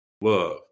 love